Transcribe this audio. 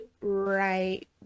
right